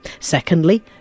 Secondly